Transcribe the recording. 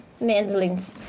mandolins